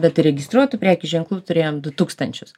bet įregistruotų prekių ženklų turėjom du tūkstančius